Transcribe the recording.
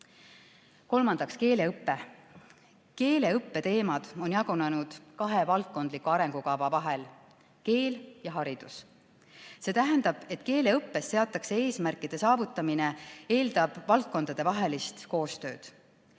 Kolmandaks, keeleõpe. Keeleõppe teemad on jagunenud kahe valdkondliku arengukava vahel: keel ja haridus. See tähendab, et keeleõppes seatud eesmärkide saavutamine eeldab valdkondadevahelist koostööd.